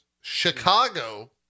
Chicago